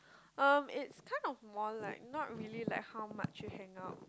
um it's kind of more like not really like how much you hang out